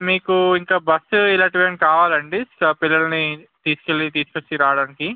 మీకు ఇంకా బస్సు ఇలాంటివి ఏమైనా కావాలా అండి పిల్లలని తీసుకెళ్ళి తీసుకొచ్చి రావడానికి